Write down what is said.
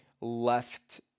left